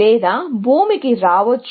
లేదా భూమికి రావచ్చు